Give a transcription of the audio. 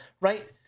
right